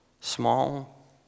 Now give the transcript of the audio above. small